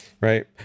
Right